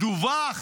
דווח